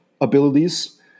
abilities